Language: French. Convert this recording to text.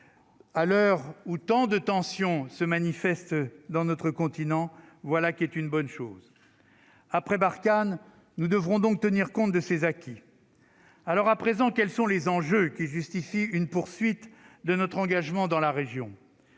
à l'heure où tant de tensions se manifestent dans notre continent, voilà qui est une bonne chose, après Barkhane nous devons donc tenir compte de ses acquis alors à présent, quels sont les enjeux qui justifie une poursuite de notre engagement dans la région,